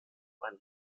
einen